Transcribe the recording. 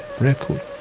record